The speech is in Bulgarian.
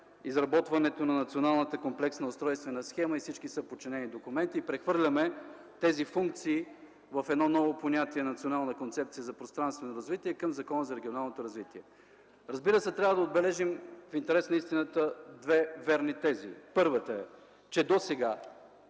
изработването на Националната комплексна устройствена схема и всичките й съподчинени документи и прехвърлянето на тези функции в едно ново понятие – Национална концепция за пространствено развитие към Закона за регионалното развитие. В интерес на истината трябва да отбележим две верни тези. Първата е, че досега